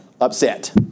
upset